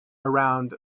around